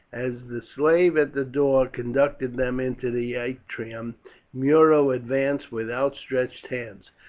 as the slave at the door conducted them into the atrium muro advanced with outstretched hands.